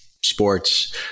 sports